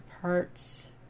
parts